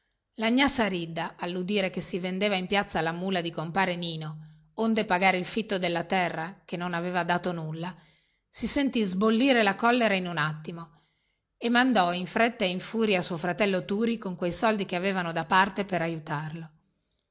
la gnà saridda alludire che si vendeva in piazza la mula di compare nino onde pagare il fitto della terra che non aveva dato nulla si sentì sbollire la collera in un attimo e mandò in fretta e in furia suo fratello turi con quei soldi che avevano da parte per aiutarlo